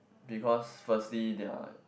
because firstly they're